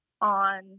on